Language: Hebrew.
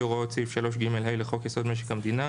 הוראות סעיף 3ג(ה) לחוק-יסוד: משק המדינה,